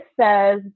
says